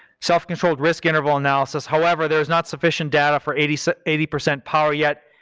self-controlled risk interval analysis, however, there's not sufficient data for eighty so eighty percent power yet,